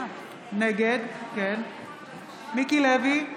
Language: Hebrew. נגד מיקי לוי,